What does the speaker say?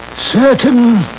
certain